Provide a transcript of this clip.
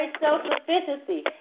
self-sufficiency